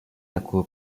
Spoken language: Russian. такую